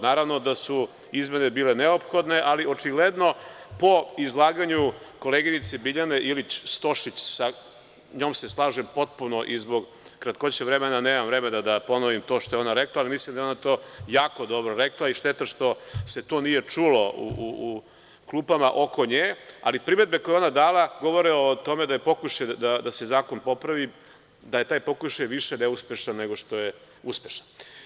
Naravno da su izmene bile neophodne, ali očigledno po izlaganju koleginice Biljane Ilić Stošić, sa njom se slažem potpuno i zbog kratkoće vremena nemam vremena da ponovim to što je ona rekla, mislim da je to ona jako dobro rekla i šteta što se to nije čulo u klupama oko nje, ali primedbe koje je ona dala govore o tome da je pokušaj da se zakon popravi, da je taj pokušaj više neuspešan nego što je uspešan.